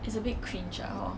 !wah!